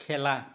খেলা